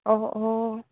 অঁ অঁ